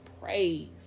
praise